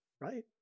Right